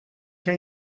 què